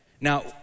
Now